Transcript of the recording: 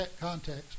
context